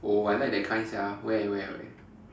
oh I like that kind sia where where where